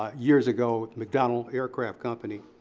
ah years ago. mcdonald aircraft company,